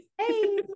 Hey